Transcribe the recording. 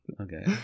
Okay